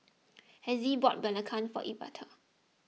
Hezzie bought Belacan for Evette